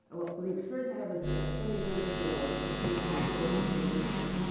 the experience i had was this i spent a year in israel between high school and university.